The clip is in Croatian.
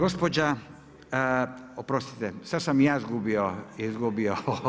Oprostite sada sam se ja izgubio.